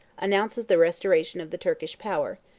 announces the restoration of the turkish power,